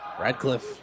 Radcliffe